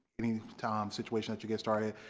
any time situation that you get started,